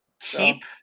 Keep